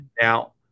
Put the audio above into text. Now